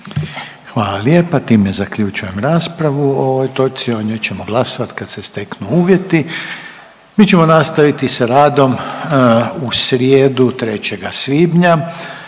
Hvala lijepa. Time zaključujem raspravu o ovoj točci. O njoj ćemo glasovati kad se steknu uvjeti. Mi ćemo nastaviti sa radom u srijedu 3. svibnja